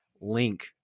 link